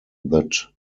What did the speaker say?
that